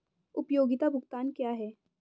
उपयोगिता भुगतान क्या हैं?